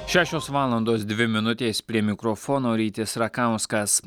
šešios valandos dvi minutės prie mikrofono rytis rakauskas